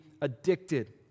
addicted